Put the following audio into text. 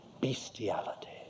bestiality